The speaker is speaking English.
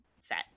set